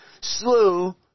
slew